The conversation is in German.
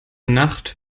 nacht